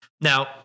Now